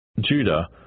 Judah